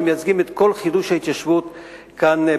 שמייצגים את כל חידוש ההתיישבות כאן,